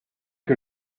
que